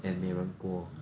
and 美人锅